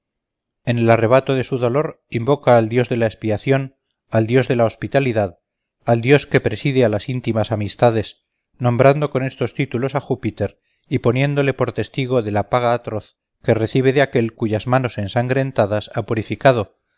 en el arrebato de su dolor invoca al dios de la expiación al dios de la hospitalidad al dios que preside a las íntimas amistades nombrando con estos títulos a júpiter y poniéndole por testigo de la paga atroz que recibe de aquel cuyas manos ensangrentadas ha purificado